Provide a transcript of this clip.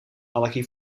allergie